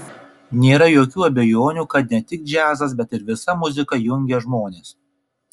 nėra jokių abejonių kad ne tik džiazas bet ir visa muzika jungia žmonės